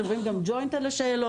אתם רואים גם ג'וינט על השאלון.